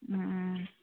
ꯎꯝ ꯎꯝ ꯎꯝ